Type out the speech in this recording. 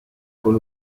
con